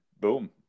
boom